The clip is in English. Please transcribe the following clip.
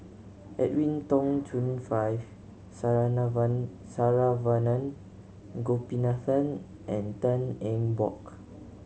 Edwin Tong Chun Fai Saravanan Gopinathan and Tan Eng Bock